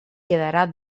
quedarà